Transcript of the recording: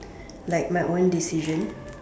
like my own decision